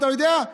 אתה יודע,